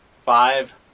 Five